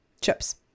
chips